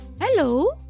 Hello